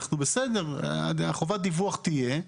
אנחנו בסדר, חובת דיווח תהיה.